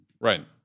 Right